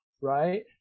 right